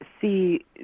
see